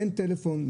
אין טלפון,